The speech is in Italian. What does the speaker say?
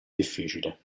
difficile